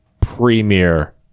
premier